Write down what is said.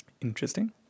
Interesting